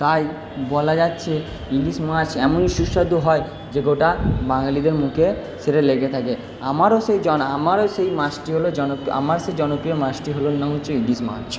তাই বলা যাচ্ছে ইলিশ মাছ এমনই সুস্বাদু হয় যে গোটা বাঙালিদের মুখে সেটা লেগে থাকে আমারও সেই জন আমারও সেই মাছটি হল জনপি আমারও সেই জনপ্রিয় মাছটির হল নাম হচ্ছে ইলিশ মাছ